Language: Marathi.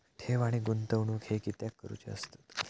ठेव आणि गुंतवणूक हे कित्याक करुचे असतत?